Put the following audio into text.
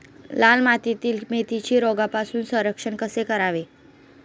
लाल मातीतील मेथीचे रोगापासून संरक्षण कसे करावे?